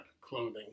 clothing